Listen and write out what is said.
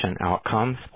outcomes